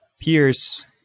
Pierce